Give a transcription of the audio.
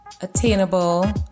attainable